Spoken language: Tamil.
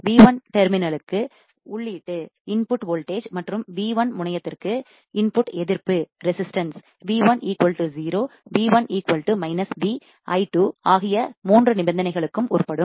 V1 முனையத்திற்குடெர்மினல் terminal உள்ளீட்டு இன்புட் மின்னழுத்தம் வோல்டேஜ் மற்றும் V1 முனையத்திற்கு உள்ளீட்டு இன்புட் எதிர்ப்பு resistance V1 0 and V1 V i2 ஆகிய மூன்று நிபந்தனைகளுக்கும் உட்படும்